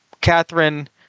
Catherine